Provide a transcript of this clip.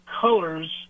colors